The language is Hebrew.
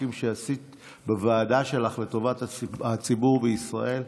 החוקים בוועדה שלך לטובת הציבור בישראל.